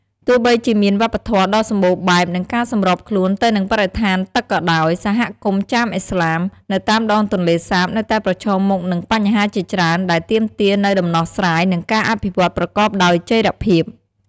ទោះបីជាមានវប្បធម៌ដ៏សម្បូរបែប និងការសម្របខ្លួនទៅនឹងបរិស្ថានទឹកក៏ដោយ សហគមន៍ ចាមឥស្លាម នៅតាមដងទន្លេសាបនៅតែប្រឈមមុខនឹងបញ្ហាជាច្រើន ដែលទាមទារនូវដំណោះស្រាយ និងការអភិវឌ្ឍន៍ប្រកបដោយចីរភាព។